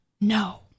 No